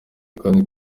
kandi